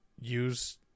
use